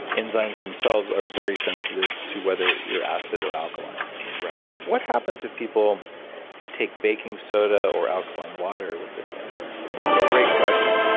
enzymes themselves are very sensitive to whether your acid, or alkaline correct what happens if people take baking soda, or alkaline water with their meal? it's a great question.